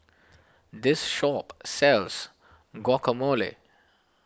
this shop sells Guacamole